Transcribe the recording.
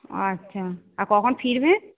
আচ্ছা আর কখন ফিরবে